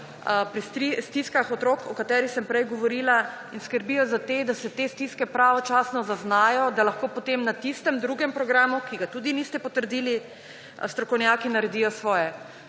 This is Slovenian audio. pri stiskah otrok, o katerih sem prej govorila, in skrbijo za te, da se te stiske pravočasno zaznajo, da lahko potem na tistem, drugem programu, ki ga tudi niste potrdili, strokovnjaki naredijo svoje.